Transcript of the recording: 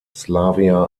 slavia